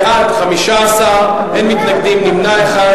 בעד, 15, אין מתנגדים, ונמנע אחד.